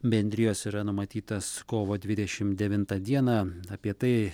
bendrijos yra numatytas kovo dvidešim devintą dieną apie tai